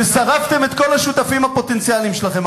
ששרפתם את כל השותפים הפוטנציאליים שלכם.